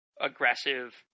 aggressive